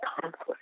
conflict